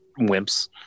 wimps